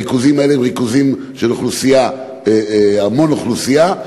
אלה ריכוזים של המון אוכלוסייה.